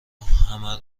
همه